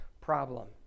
problem